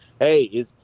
hey